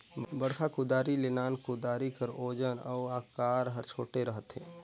बड़खा कुदारी ले नान कुदारी कर ओजन अउ अकार हर छोटे रहथे